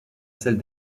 celle